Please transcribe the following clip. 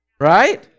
Right